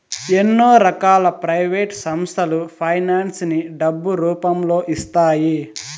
ఎన్నో రకాల ప్రైవేట్ సంస్థలు ఫైనాన్స్ ని డబ్బు రూపంలో ఇస్తాయి